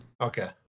Okay